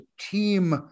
team